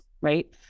right